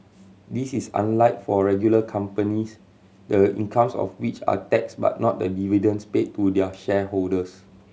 this is unlike for regular companies the incomes of which are taxed but not the dividends paid to their shareholders